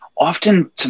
often –